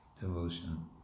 devotion